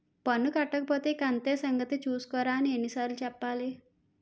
పన్ను కట్టకపోతే ఇంక అంతే సంగతి చూస్కోరా అని ఎన్ని సార్లు చెప్పాలి